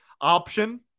option